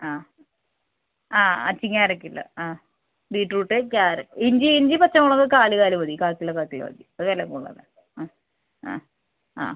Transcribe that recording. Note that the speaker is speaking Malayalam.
ആ ആ അച്ചിങ്ങ അര കിലോ ആ ബീറ്റ്റൂട്ട് ക്യാരറ്റ് ഇഞ്ചി ഇഞ്ചി പച്ചമുളക് കാല് കാല് മതി കാൽ കിലോ കാൽ കിലോ മതി വില കൂടുതലല്ലേ ആ ആ ആ